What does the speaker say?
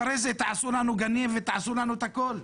אחרי זה תעשו לנו גנים ותעשו לנו הכול.